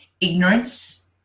Ignorance